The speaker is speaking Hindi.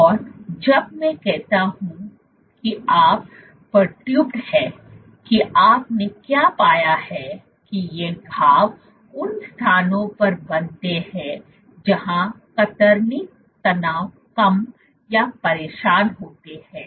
और जब मैं कहता हूं कि आप क्षुब्ध हैं कि आपने क्या पाया है कि ये घाव उन स्थानों पर बनते हैं जहां कतरनी तनाव कम या परेशान होते हैं